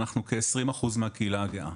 אנחנו כ-20% מהקהילה הגאה.